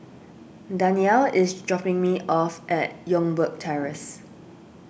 Danyell is dropping me off at Youngberg Terrace